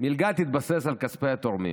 והמלגה תתבסס על כספי התורמים.